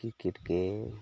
cricket game